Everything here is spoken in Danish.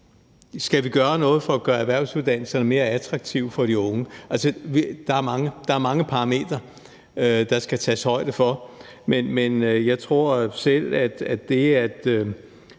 skal gøre noget for at gøre erhvervsuddannelserne mere attraktive for de unge, så er der mange parametre, der skal tages højde for, men jeg tror selv, at det, at